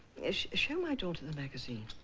show my daughter the magazine.